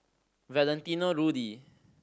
Valentino Rudy